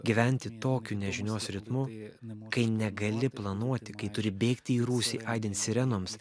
gyventi tokiu nežinios ritmu kai negali planuoti kai turi bėgti į rūsį aidint sirenoms